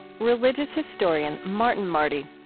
religious historian martin marty.